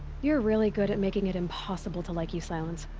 you're really good at making it impossible to like you, sylens.